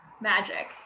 magic